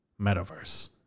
Metaverse